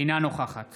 אינה נוכחת